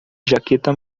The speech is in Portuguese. jaqueta